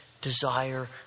desire